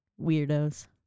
weirdos